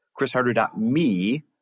chrisharder.me